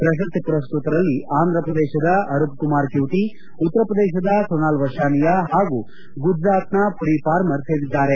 ಪ್ರಶಸ್ತಿ ಪುರಸ್ತತರಲ್ಲಿ ಆಂಧ್ರ ಪ್ರದೇಶದ ಅರುಪ್ಕುಮಾರ್ ಕ್ಲೂಟಿ ಉತ್ತರ ಪ್ರದೇಶದ ಸೋನಾಲ್ ಮರ್ಷಾನಿಯಾ ಹಾಗೂ ಗುಜರಾತಿನ ಮರಿ ಪಾರ್ಮರ್ತ ಸೇರಿದ್ದಾರೆ